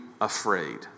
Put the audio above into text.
afraid